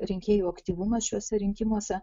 rinkėjų aktyvumas šiuose rinkimuose